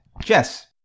Jess